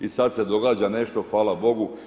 I sad se događa nešto, hvala bogu.